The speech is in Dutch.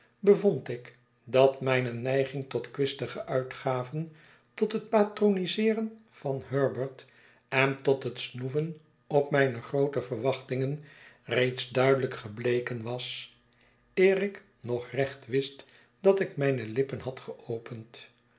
bevond ik dat mij ne neiging tot kwistige uitgaven tot het patroniseeren van herbert en tot het snoeven op mijne groote verwachtingen reeds duidelijk gebleken was eer ik nog recht wist dat ik mijne lippen had geopend